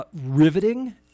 riveting